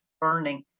burning